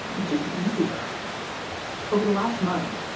it's just easier over the last month.